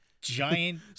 Giant